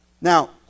Now